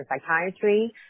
psychiatry